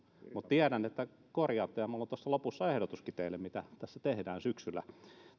mutta tiedän että te korjaatte ja minulla on lopussa ehdotuskin teille siitä mitä tehdään syksyllä